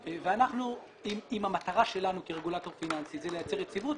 ואם המטרה שלנו כרגולטור פיננסי היא לייצר יציבות,